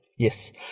Yes